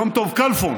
יום טוב כלפון.